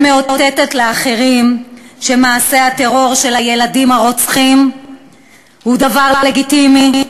והיא מאותתת לאחרים שמעשה הטרור של הילדים הרוצחים הוא דבר לגיטימי,